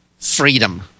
freedom